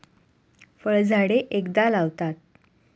फळझाडे एकदा लावतात